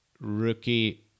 rookie